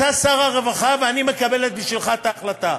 אתה שר הרווחה, ואני מקבלת בשבילך את ההחלטה.